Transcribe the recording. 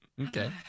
okay